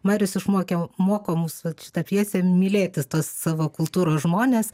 marius išmokė moko mus vat šita pjese mylėti tuos savo kultūros žmones